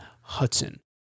Hudson